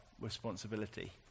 responsibility